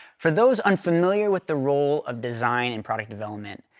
for those unfamiliar with the role of design in product development,